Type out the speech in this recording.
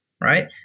right